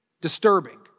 disturbing